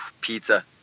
Pizza